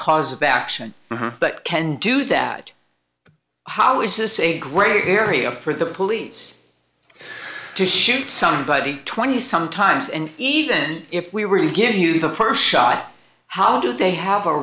cause of action but can do that but how is this a great area for the police to shoot somebody twenty some times and even if we were to give you the st shot how do they have a